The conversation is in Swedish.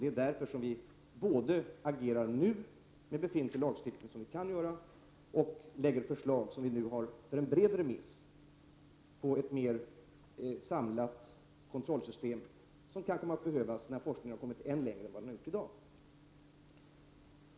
Det är därför som vi både agerar nu med hjälp av befintlig lagstiftning och lägger fram förslag för en bred remiss på ett mer samlat kontrollsystem som kan komma att behövas när forskningen har kommit ännu längre än i dag.